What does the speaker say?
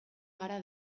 gara